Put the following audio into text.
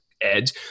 edge